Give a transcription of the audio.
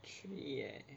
three eh